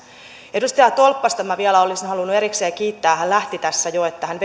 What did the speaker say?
edustaja tolppasta minä vielä olisin halunnut erikseen kiittää hän tästä jo lähti että hän